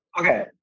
Okay